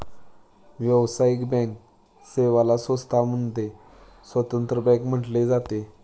व्यावसायिक बँक सेवेला स्वतः मध्ये स्वतंत्र बँक म्हटले जाते